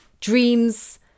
dreams